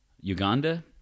Uganda